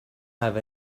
have